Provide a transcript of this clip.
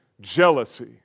jealousy